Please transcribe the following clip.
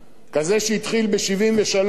זה שהתחיל ב-1973,